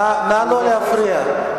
נא לא להפריע.